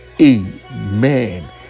amen